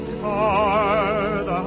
card